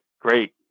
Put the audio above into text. great